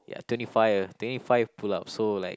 ya twenty five uh twenty five pull-ups so like